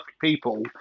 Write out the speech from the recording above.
people